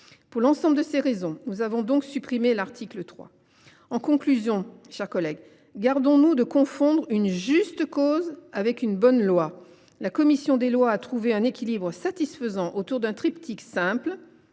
Pour l’ensemble de ces raisons, nous avons supprimé l’article 3. Mes chers collègues, gardons nous de confondre une juste cause avec une bonne loi. La commission des lois a trouvé un équilibre satisfaisant autour d’un triptyque simple